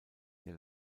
der